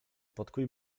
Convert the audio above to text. podkuj